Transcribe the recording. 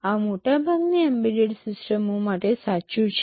આ મોટાભાગની એમ્બેડેડ સિસ્ટમો માટે સાચું છે